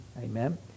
Amen